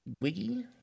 Wiggy